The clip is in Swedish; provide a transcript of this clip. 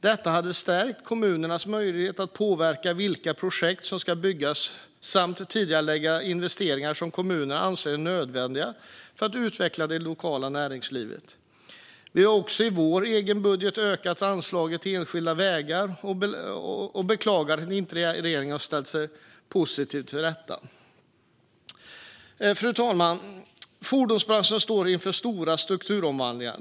Detta hade stärkt kommunernas möjlighet att påverka vilka projekt som ska byggas samt tidigarelägga investeringar som kommunerna anser är nödvändiga för att utveckla det lokala näringslivet. Vi har också i vår egen budget ökat anslaget till enskilda vägar och beklagar att inte regeringen har ställt sig positiv till detta. Fru talman! Fordonsbranschen står inför stora strukturomvandlingar.